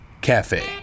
cafe